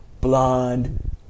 blonde